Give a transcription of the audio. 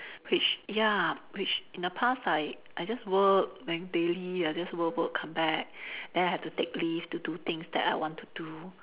which ya which in the past I I just work then daily I just work work come back then I have to take leave to do things that I want to do